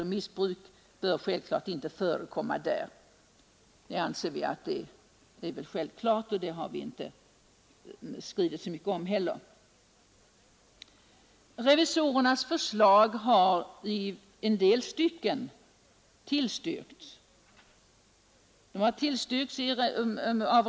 Att missbruk inte bör förekomma anser vi självklart, och det har vi heller inte skrivit så mycket om. Revisorernas förslag har i en del stycken tillstyrkts av remissmyndigheterna.